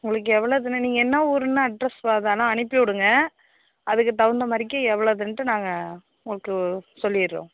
உங்களுக்கு எவ்வளோ இதுன்னு நீங்கள் என்ன ஊருன்னு அட்ரஸ் அது வேணா அனுப்பிவிடுங்க அதுக்கு தகுந்த மாதிரிக்கி எவ்வளோதுன்ட்டு நாங்கள் உங்களுக்கு சொல்லிவிட்றோம்